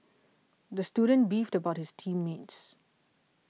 the student beefed about his team mates